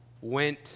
went